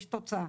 יש תוצאה.